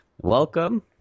Welcome